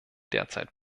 derzeit